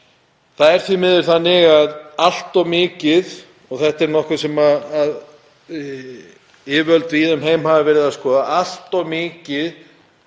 Það er því miður þannig að allt of mikið, og þetta er nokkuð sem yfirvöld víða um heim hafa verið að skoða, er um